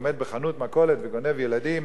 עומד בחנות מכולת וגונב מילדים,